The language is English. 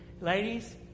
Ladies